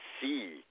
see